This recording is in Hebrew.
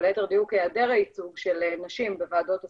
או ליתר דיוק היעדר הייצוג של נשים בוועדות הסולחה.